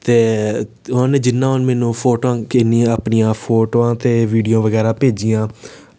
ते उन जिन्ना उन मिगी फोटो किन्नी अपनियां फोटोआं ते वीडियो बगैरा भेजियां